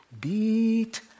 Beat